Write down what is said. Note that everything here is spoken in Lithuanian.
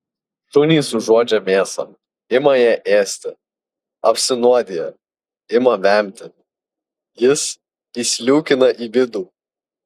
šunys užuodžia mėsą ima ją ėsti apsinuodija ima vemti jis įsliūkina į vidų